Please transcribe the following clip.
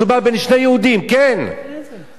על אחת כמה כשמדובר במסתננים,